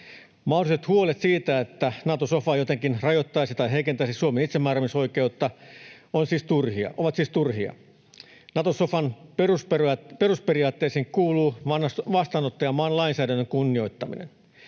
Mahdolliset huolet siitä, että Nato-sofa jotenkin rajoittaisi tai heikentäisi Suomen itsemääräämisoikeutta, ovat siis turhia. Nato-sofan perusperiaatteisiin kuuluu vastaanottajamaan lainsäädännön kunnioittaminen.